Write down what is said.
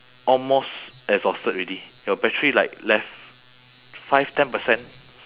almost exhausted already your battery like left five ten percent